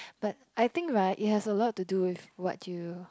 but I think right it has a lot to do with what you